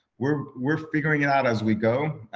we're we're figuring it out as we go,